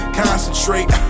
concentrate